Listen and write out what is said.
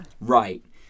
right